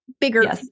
bigger